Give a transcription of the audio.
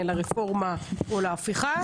לרפורמה או להפיכה,